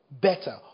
better